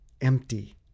empty